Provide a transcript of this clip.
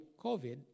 COVID